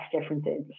differences